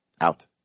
out